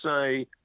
say